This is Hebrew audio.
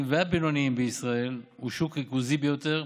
והבינוניים בישראל הוא שוק ריכוזי ביותר,